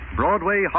Broadway